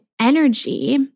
energy